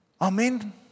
Amen